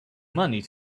money